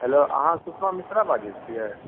hello अहाँ सुषमा मिश्रा बाजै छियै